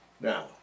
Now